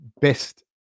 best